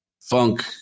funk